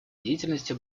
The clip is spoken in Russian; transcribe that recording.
деятельности